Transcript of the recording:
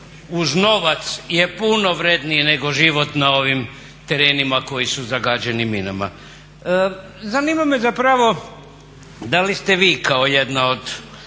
uz novac je puno vredniji nego život na ovim terenima koji su zagađeni minama. Zanima me zapravo da li ste vi kao jedna od